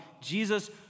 Jesus